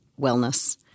Wellness